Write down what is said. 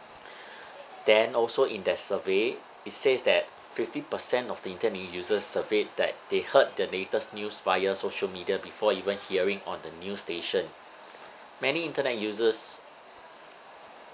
then also in that survey it says that fifty percent of the internet users surveyed that they heard the latest news via social media before even hearing on the news station many internet users